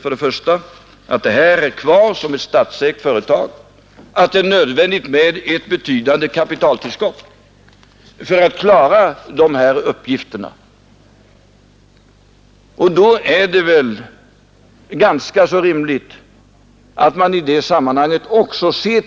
Men jag tycker som sagt, att det vore rimligare att få avvakta den slutgiltiga rapporten för en diskussion om vad som har förevarit.